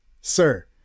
sir